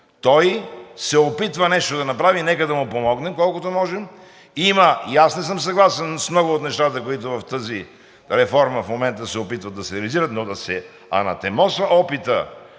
Той се опитва нещо да направи, нека да му помогнем, колкото можем. И аз не съм съгласен с много от нещата, които тази реформа в момента се опитва да се реализира, но да се анатемосва опитът…